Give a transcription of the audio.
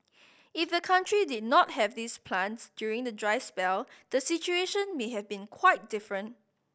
if the country did not have these plants during the dry spell the situation may have been quite different